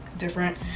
different